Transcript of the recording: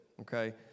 okay